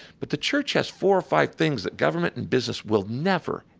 but the church has four or five things that government and business will never,